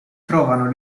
trovano